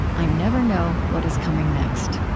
i never know what is coming next.